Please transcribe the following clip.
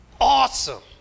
awesome